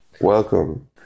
welcome